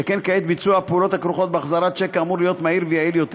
שכן כעת ביצוע הפעולות הכרוכות בהחזרת שיק אמור להיות מהיר ויעיל יותר.